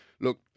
look